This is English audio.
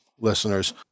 listeners